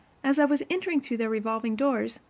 as i was entering through their revolving doors,